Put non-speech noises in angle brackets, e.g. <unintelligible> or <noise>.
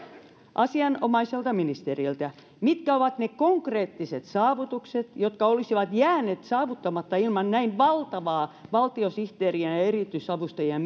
asianomaiselta ministeriltä mitkä ovat ne konkreettiset saavutukset jotka olisivat jääneet saavuttamatta ilman näin valtavaa valtiosihteerien ja ja erityisavustajien <unintelligible>